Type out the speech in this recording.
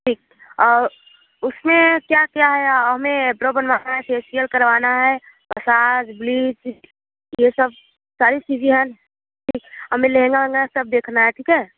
ठीक उसमें क्या क्या है हमें आईब्रो बनवाना है फेशियल करवाना है मसाज ब्लीच ये सब सारी चीज़ें हैं हमें लहंगा वेहंगा सब देखना है ठीक है